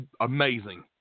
amazing